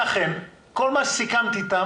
מה זה התקרה של 700 ₪?